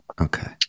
Okay